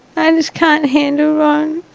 i just can't handle ron.